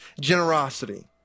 generosity